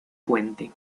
puente